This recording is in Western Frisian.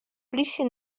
plysje